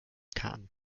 karten